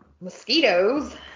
mosquitoes